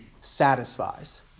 satisfies